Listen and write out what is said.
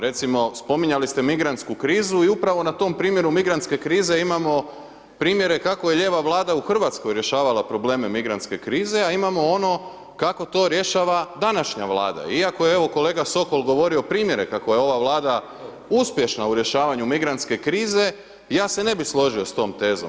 Recimo, spominjali ste migrantsku krizu i upravo na tom primjeru migrantske krize imamo primjere kako je lijeva Vlada u RH rješavala probleme migrantske krize, a imamo ono kako to rješava današnja Vlada, iako je evo, kolega Sokol govorio primjere kako je ova Vlada uspješna u rješavanju migrantske krize, ja se ne bi složio s tom tezom.